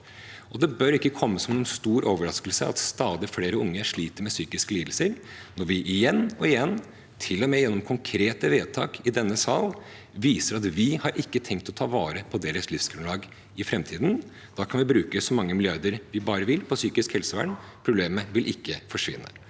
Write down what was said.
Det bør ikke komme som noen stor overraskelse at stadig flere unge sliter med psykiske lidelser når vi igjen og igjen, til og med gjennom konkrete vedtak i denne sal, viser at vi ikke har tenkt å ta vare på deres livsgrunnlag i framtiden. Da kan vi bruke så mange milliarder vi bare vil på psykisk helsevern, problemet vil ikke forsvinne.